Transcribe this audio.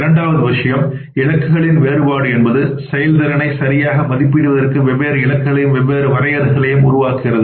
இரண்டாவது விஷயம் இலக்குகளின் வேறுபாடு என்பது செயல்திறனை சரியாக மதிப்பிடுவதற்கு வெவ்வேறு இலக்குகளையும் வெவ்வேறு வரையறைகளையும் உருவாக்குகிறது